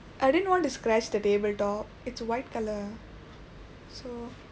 I didn't want to scratch the table top it's white colour so